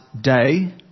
day